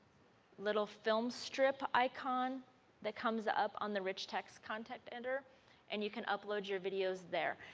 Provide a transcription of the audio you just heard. little film strip icon that comes up on the rich text content editor and you can upload your videos there.